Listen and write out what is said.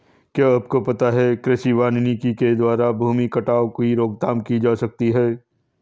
क्या आपको पता है कृषि वानिकी के द्वारा भूमि कटाव की रोकथाम की जा सकती है?